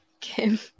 Kim